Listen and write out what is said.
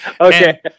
Okay